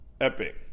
Epic